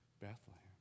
Bethlehem